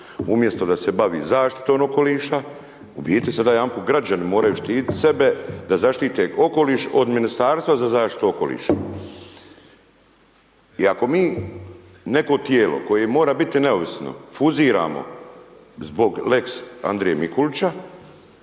umjesto da se bavi zaštitom okoliša u biti sada jedanput građani moraju štitit sebe da zaštite okoliš od Ministarstva za zaštitu okoliša. I ako mi neko tijelo koje mora biti neovisno fuziramo zbog „lex Andrije Mikulića“,